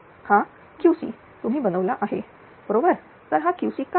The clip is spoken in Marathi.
हा QC तुम्ही बनवला आहे बरोबर तर हा QC काय आहे